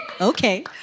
Okay